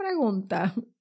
pregunta